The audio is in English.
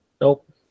nope